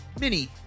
Mini